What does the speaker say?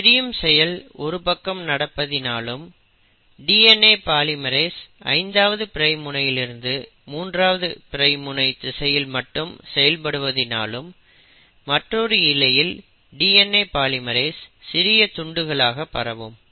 இந்த பிரியும் செயல் ஒரு பக்கம் நடப்பதினாலும் DNA பாலிமெரேஸ் 5ஆவது பிரைம் முனையிலிருந்து 3ஆவது பிரைம் முனை திசையில் மட்டும் செயல்படுவதினாலும் மற்றொரு இழையில் DNA பாலிமெரேஸ் சிறிய துண்டுகளாக பரவும்